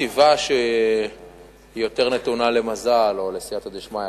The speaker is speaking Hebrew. טיבה שהיא יותר נתונה למזל או לסייעתא דשמיא,